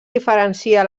diferencia